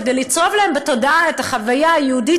כדי לצרוב להם בתודעה את החוויה היהודית